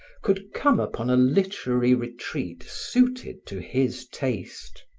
could come upon a literary retreat suited to his taste.